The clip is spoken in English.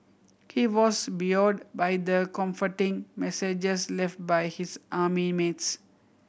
he was buoyed by the comforting messages left by his army mates